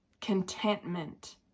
Contentment